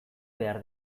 behar